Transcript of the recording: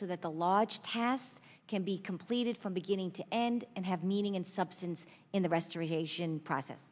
so that the large past can be completed from beginning to end and have meaning and substance in the restoration process